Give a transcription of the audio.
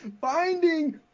finding